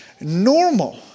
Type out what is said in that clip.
normal